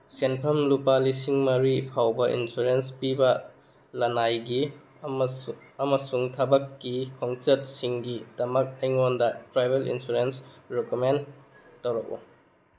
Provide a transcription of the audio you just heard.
ꯁꯦꯟꯐꯝ ꯂꯨꯄꯥ ꯂꯤꯁꯤꯡ ꯃꯔꯤ ꯐꯥꯎꯕ ꯏꯟꯁꯨꯔꯦꯟꯁ ꯄꯤꯕ ꯂꯅꯥꯏꯒꯤ ꯑꯃꯁꯨꯡ ꯊꯕꯛꯀꯤ ꯈꯣꯡꯆꯠꯁꯤꯡꯒꯤꯗꯃꯛ ꯑꯩꯉꯣꯟꯗ ꯇ꯭ꯔꯚꯦꯜ ꯏꯟꯁꯨꯔꯦꯟꯁ ꯔꯤꯀꯃꯦꯟ ꯇꯧꯔꯛꯎ